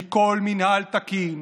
מכל מינהל תקין,